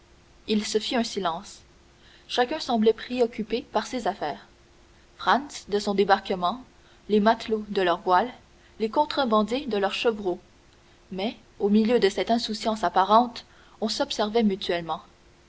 il se fit un silence chacun semblait préoccupé de ses affaires franz de son débarquement les matelots de leurs voiles les contrebandiers de leur chevreau mais au milieu de cette insouciance apparente on s'observait mutuellement